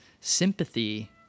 sympathy